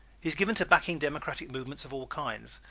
he is given to backing democratic movements of all kinds.